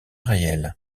réelles